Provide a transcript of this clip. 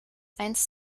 eins